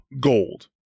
gold